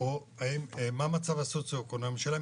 מה המצב הסוציו-אקונומי שלהן?